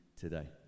today